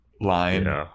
line